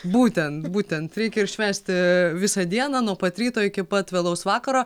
būtent būtent reikia ir švęsti visą dieną nuo pat ryto iki pat vėlaus vakaro